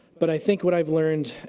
but i think what i've learned